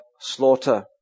slaughter